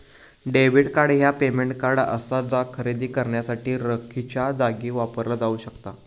debit card ह्या payment card असा जा खरेदी करण्यासाठी रोखीच्यो जागी वापरला जाऊ शकता